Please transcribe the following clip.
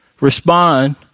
respond